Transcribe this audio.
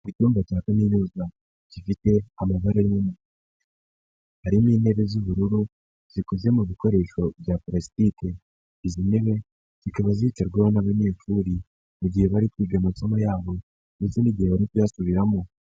Icyumba cya kaminuza, gifite amabara harimo intebe z'ubururu zikoze mu bikoresho bya plasitike. Izi ntebe zikaba zicarwaho n'abanyeshuri mu gihe bari kwiga kugira amasomo yabo ndetse n'igihe bari kuyasubiramo.